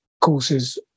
courses